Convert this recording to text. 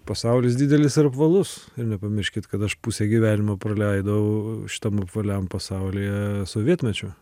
pasaulis didelis ir apvalus ir nepamirškit kad aš pusę gyvenimo praleidau šitam apvaliam pasaulyje sovietmečiu